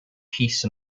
peace